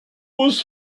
was